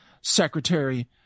secretary